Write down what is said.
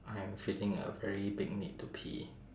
I am feeling a very big need to pee